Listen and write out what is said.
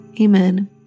Amen